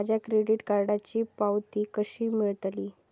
माझ्या क्रेडीट कार्डची पावती कशी मिळतली?